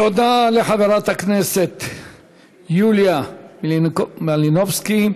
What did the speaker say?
תודה לחברת הכנסת יוליה מלינובסקי.